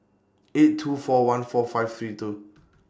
eight two four one four five three two